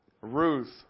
Ruth